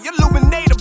Illuminate